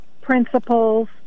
principles